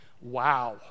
Wow